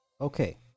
Okay